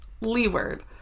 leeward